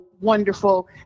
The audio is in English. wonderful